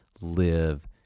live